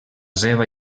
seva